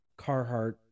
Carhartt